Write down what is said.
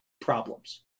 problems